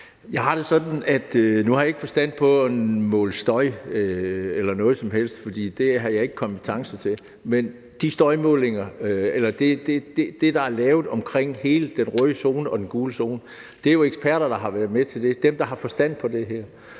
Johansen (S): Nu har jeg ikke forstand på at måle støj eller noget som helst i den retning, for det har jeg ikke kompetencer til. Men det, der er lavet omkring hele den røde zone og den gule zone, er jo noget, som eksperter har været med til, altså folk, der har forstand på det her.